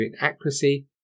inaccuracy